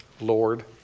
lord